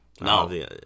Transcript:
No